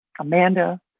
Amanda